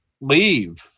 leave